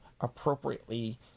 appropriately